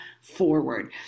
forward